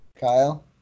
Kyle